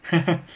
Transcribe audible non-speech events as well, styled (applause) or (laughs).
(laughs)